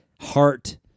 heart